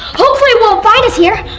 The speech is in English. hopefully it won't find us here.